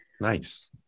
nice